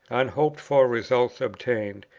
unhoped-for results obtained,